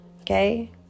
Okay